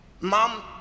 Mom